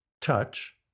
touch